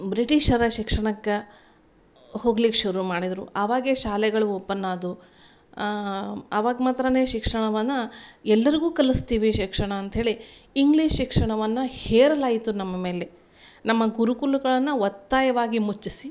ಬ್ರಿಟಿಷರ ಶಿಕ್ಷಣಕ್ಕೆ ಹೋಗ್ಲಿಕ್ಕೆ ಶುರು ಮಾಡಿದರು ಆವಾಗೆ ಶಾಲೆಗಳು ಓಪನ್ನಾದ್ವು ಆವಾಗ ಮಾತ್ರಾನೇ ಶಿಕ್ಷಣವನ್ನ ಎಲ್ಲರಿಗೂ ಕಲ್ಸ್ತೀವಿ ಶಿಕ್ಷಣ ಅಂತ್ಹೇಳಿ ಇಂಗ್ಲೀಷ್ ಶಿಕ್ಷಣವನ್ನ ಹೇರಲಾಯಿತು ನಮ್ಮ ಮೇಲೆ ನಮ್ಮ ಗುರುಕುಲಗಳನ್ನ ಒತ್ತಾಯವಾಗಿ ಮುಚ್ಚಿಸಿ